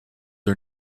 are